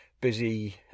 busy